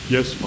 Yes